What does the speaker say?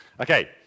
Okay